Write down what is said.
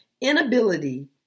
inability